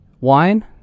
wine